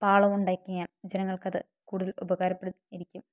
പാളവും ഉണ്ടാക്കി കഴിഞ്ഞാൽ ജനങ്ങൾക്കത് കൂടുതൽ ഉപകാരപ്പെടുന്നത് ആയിരിക്കും